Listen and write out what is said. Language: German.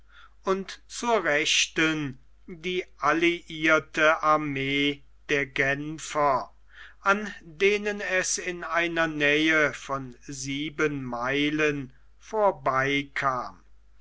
und zur rechten die alliirte armee der genfer an denen es in einer nähe von sieben meilen vorbeikam